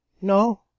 no